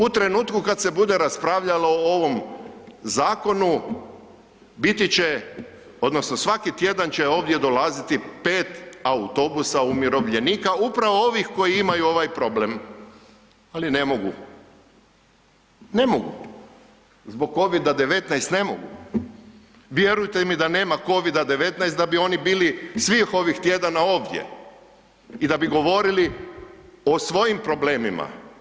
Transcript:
U trenutku kad se bude raspravljalo o ovom zakonu biti će odnosno svaki tjedan će ovdje dolaziti 5 autobusa umirovljenika upravo ovih koji imaju ovaj problem, ali ne mogu, ne mogu zbog Covida-19, vjerujte mi da nema Covida-19 da bi oni bili svih ovih tjedana ovdje i da bi govorili o svojim problemima.